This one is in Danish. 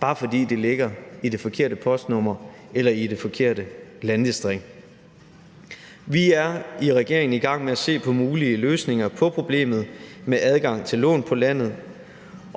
bare fordi det ligger i det forkerte postnummer eller i det forkerte landdistrikt. Kl. 16:42 Vi er i regeringen i gang med at se på mulige løsninger på problemet med adgang til lån på landet.